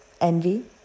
Envy